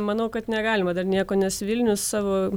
manau kad negalima dar nieko nes vilnius savo